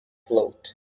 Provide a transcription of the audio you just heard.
float